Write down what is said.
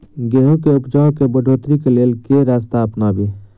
गेंहूँ केँ उपजाउ केँ बढ़ोतरी केँ लेल केँ रास्ता अपनाबी?